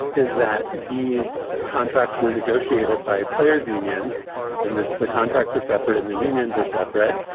is that these contracts were negotiated by players unions and the the contracts are separate in the unions are separate,